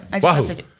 Wahoo